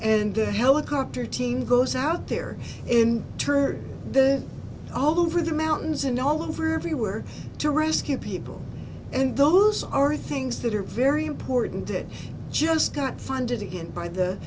the helicopter team goes out there in turn the all over the mountains and all over everywhere to rescue people and those are things that are very important it just got funded again by the